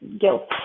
guilt